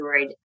Android